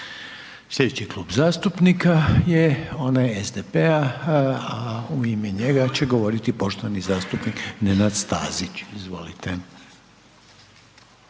Slijedeći Klub zastupnika je onaj SDP-a a u ime njega će govoriti poštovani zastupnik Nenad Stazić. Izvolite.